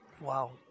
Wow